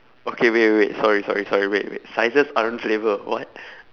okay wait wait wait sorry sorry sorry wait wait sizes aren't flavour what